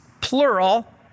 plural